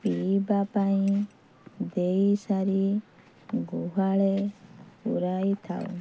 ପିଇବା ପାଇଁ ଦେଇସାରି ଗୁହାଳେ ପୁରାଇ ଥାଉ